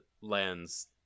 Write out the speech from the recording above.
lands